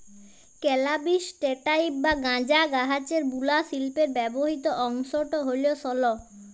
ক্যালাবিস স্যাটাইভ বা গাঁজা গাহাচের বুলা শিল্পে ব্যাবহিত অংশট হ্যল সল